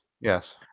Yes